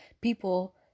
people